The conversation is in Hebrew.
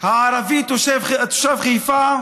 הערבי תושב חיפה,